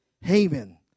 Haman